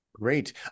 Great